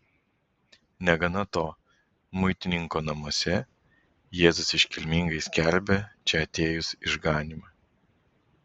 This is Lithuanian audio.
negana to muitininko namuose jėzus iškilmingai skelbia čia atėjus išganymą